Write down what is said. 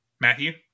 Matthew